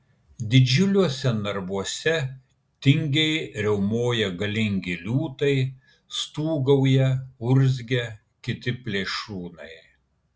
didžiuliuose narvuose tingiai riaumoja galingi liūtai stūgauja urzgia kiti plėšrūnai